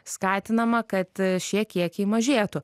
skatinama kad šie kiekiai mažėtų